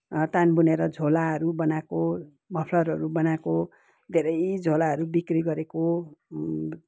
तान बुनेर झोलाहरू बनाएको मफ्लरहरू बनाएको धेरै झोलाहरू बिक्री गरेको